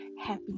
happy